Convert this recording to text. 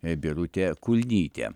birutė kulnytė